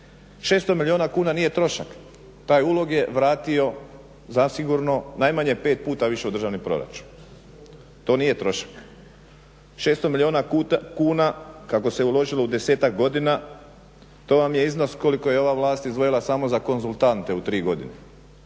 600 milijuna kuna nije trošak, taj ulog je vratio zasigurno najmanje 5 puta više u državni proračun. To nije trošak. 600 milijuna kuna kako se uložilo u desetak godina to vam je iznos koliko je ova vlast izdvojila samo za konzultante u tri godine.